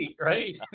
right